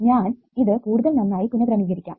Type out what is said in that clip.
ഞാൻ ഇത് കൂടുതൽ നന്നായി പുനഃക്രമീകരിക്കാം